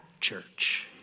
church